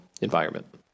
environment